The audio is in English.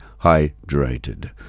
hydrated